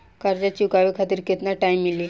कर्जा चुकावे खातिर केतना टाइम मिली?